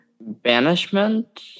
banishment